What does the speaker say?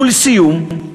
ולסיום,